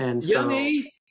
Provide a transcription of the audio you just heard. Yummy